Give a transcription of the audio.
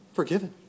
Forgiven